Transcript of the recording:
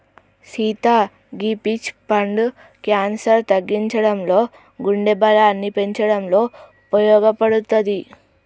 సీత గీ పీచ్ పండు క్యాన్సర్ తగ్గించడంలో గుండె బలాన్ని పెంచటంలో ఉపయోపడుతది